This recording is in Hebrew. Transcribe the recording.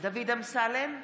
דוד אמסלם,